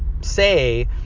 say